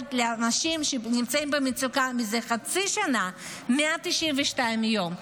יד לאנשים שנמצאים במצוקה מזה חצי שנה, 192 יום.